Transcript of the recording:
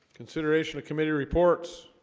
consideration of committee reports